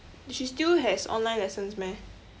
she still has online lessons meh